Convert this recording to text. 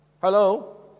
Hello